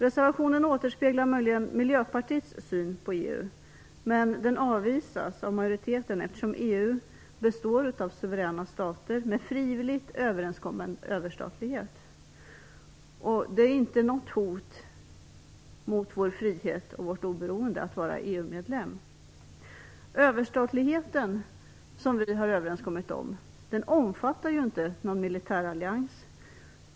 Reservationen återspeglar möjligen Miljöpartiets syn på EU. Men den avvisas av majoriteten, eftersom EU består av suveräna stater med frivilligt överenskommen överstatlighet. Det innebär inte något hot mot vår frihet och vårt oberoende att vara EU medlem. Överstatligheten, som vi har kommit överens om, omfattar ju inte någon militär allians.